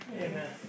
Amen